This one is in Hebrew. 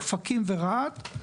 אופקים ורהט,